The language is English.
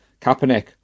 Kaepernick